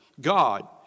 God